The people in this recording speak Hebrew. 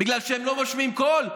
בגלל שהם לא רושמים קול?